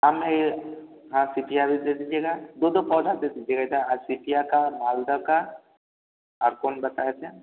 आम में ये हाँ सीतिया भी दे दीजिएगा दो दो पौधा दे दीजिएगा आ सीतिया का मालदह का आपको हम बताए थे